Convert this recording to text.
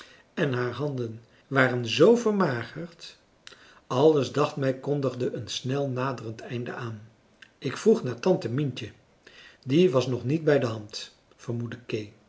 en haar handen waren zoo vermagerd alles dacht mij kondigde een snel naderend einde aan ik vroeg naar tante mientje die was nog niet bij de hand vermoedde